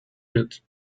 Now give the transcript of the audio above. wird